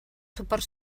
suport